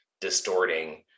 distorting